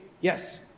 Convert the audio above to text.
Yes